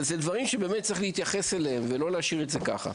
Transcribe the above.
אלה דברים שצריך להתייחס אליהם ולא להשאיר את זה ככה.